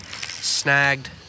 snagged